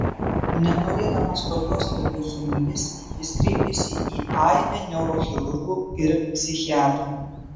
nenorėdamas tokios priklausomybės jis kreipėsi į aibę neurochirurgų ir psichiatrų